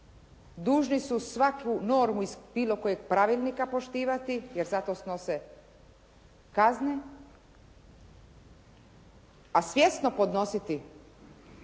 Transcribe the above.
dužni su svaku normu iz bilo kojeg pravilnika poštivati jer za to snose kazne, a svjesno podnositi